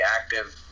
active